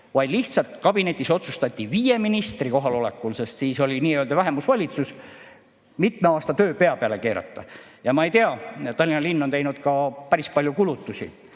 vaid lihtsalt kabinetis otsustati viie ministri kohalolekul, sest siis oli nii-öelda vähemusvalitsus, mitme aasta töö pea peale keerata. Ma ei tea, Tallinna linn on teinud ka päris palju kulutusi.